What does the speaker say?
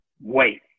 wait